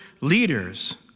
leaders